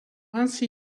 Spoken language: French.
ainsi